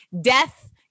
death